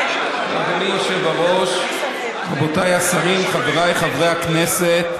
אדוני היושב-ראש, רבותיי השרים, חבריי חברי הכנסת,